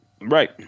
right